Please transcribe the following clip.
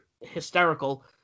hysterical